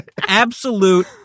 absolute